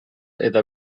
eta